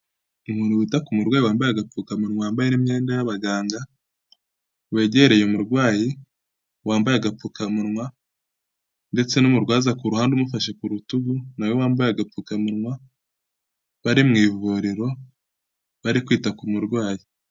Umuntu wita ku murwayi wambaye agapfukamunwa wambaye n' imyenda y'abaganga, wegereye umurwayi, wambaye agapfukamunwa, ndetse n'umurwaza ku ruhande umufashe ku rutugu, na we wambaye agapfukamunwa, bari mu ivuriro bari kwita ku murwayi.